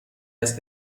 است